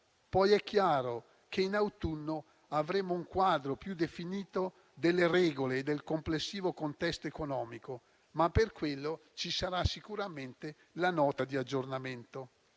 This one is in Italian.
Poi è chiaro che in autunno avremo un quadro più definito delle regole e del complessivo contesto economico, ma per quello ci sarà sicuramente la Nota di aggiornamento.